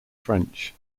french